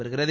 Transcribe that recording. வருகிறது